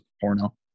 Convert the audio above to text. porno